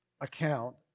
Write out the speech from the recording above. account